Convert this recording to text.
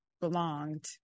belonged